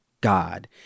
God